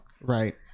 right